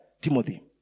Timothy